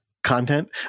content